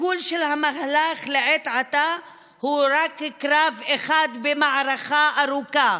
הסיכול של המהלך לעת עתה הוא רק קרב אחד במערכה ארוכה,